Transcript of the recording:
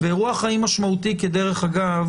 ואירוע חיים משמעותי כדרך אגב,